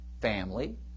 family